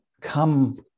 come